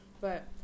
but-